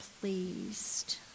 pleased